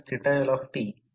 तर ही समस्या आहे